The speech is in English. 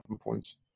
points